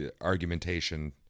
argumentation